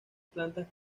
plantas